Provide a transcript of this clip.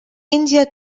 india